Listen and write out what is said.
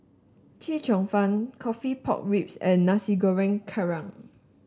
Chee Cheong Fun coffee Pork Ribs and Nasi Goreng Kerang